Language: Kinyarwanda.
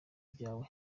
byawe